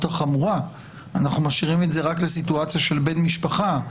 החמורה ואנחנו משאירים את זה רק לסיטואציה של בן משפחה.